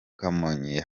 kamonyi